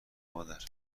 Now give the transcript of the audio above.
مادر